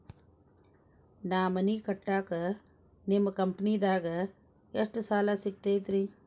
ನಾ ಮನಿ ಕಟ್ಟಾಕ ನಿಮ್ಮ ಕಂಪನಿದಾಗ ಎಷ್ಟ ಸಾಲ ಸಿಗತೈತ್ರಿ?